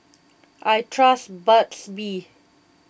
I trust Burt's Bee